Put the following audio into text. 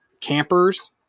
campers